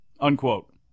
Unquote